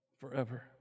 forever